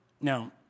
Now